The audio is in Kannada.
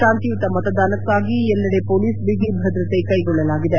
ಶಾಂತಿಯುತ ಮತದಾನಕ್ಕಾಗಿ ಎಲ್ಲದೆ ಪೊಲೀಸ್ ಬಿಗಿ ಭದ್ರತೆ ಕೈಗೊಳ್ಳಲಾಗಿದೆ